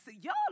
Y'all